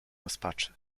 rozpaczy